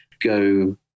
go